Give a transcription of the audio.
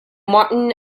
martin